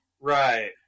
Right